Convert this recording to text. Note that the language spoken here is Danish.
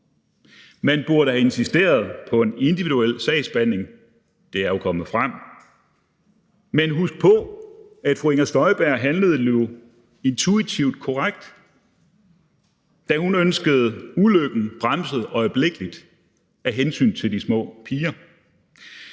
Man burde have insisteret på en individuel sagsbehandling; det er jo kommet frem. Men husk på, at fru Inger Støjberg jo handlede intuitivt korrekt, da hun ønskede ulykken bremset øjeblikkelig af hensyn til de små piger.